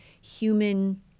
human